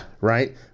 right